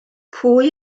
pwy